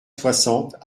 soixante